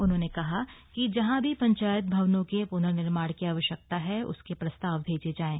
उन्होंने कहा कि जहां भी पंचायत भवनों के पुनर्निर्माण की आवश्यकता है उसके प्रस्ताव भेजे जाएं